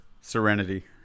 serenity